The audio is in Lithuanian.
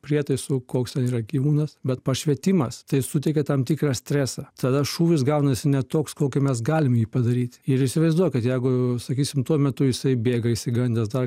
prietaisu koks ten yra gyvūnas bet pašvietimas tai suteikia tam tikrą stresą tada šūvis gaunasi ne toks kokį mes galim jį padaryt ir įsivaizduokit jeigu sakysim tuo metu jisai bėga išsigandęs dar